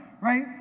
right